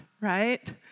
right